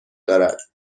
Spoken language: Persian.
دارد